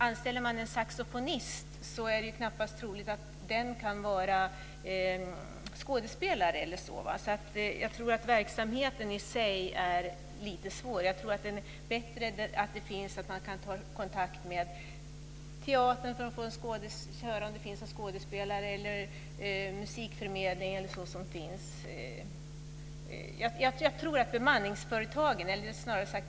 Anställer man en saxofonist är det knappast troligt att den personen kan vara t.ex. skådespelare. Jag tror att verksamheten i sig är lite svår. Jag tror att det är bättre att det finns möjlighet att ta kontakt med teatern för att höra om det finns någon skådespelare, kontakta en musikförmedling osv.